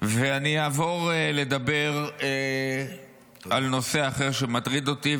ואני אעבור לדבר על נושא אחר שמטריד אותי.